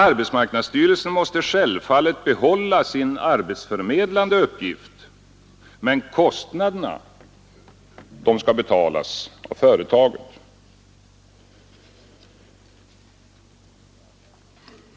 Arbetsmarknadsstyrelsen måste självfallet behålla sin arbetsförmedlande uppgift, men kostnaderna skall betalas av företaget.